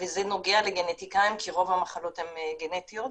וזה נוגע לגנטיקאים כי רוב המחלות הן גנטיות.